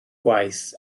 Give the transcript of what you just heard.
gwaith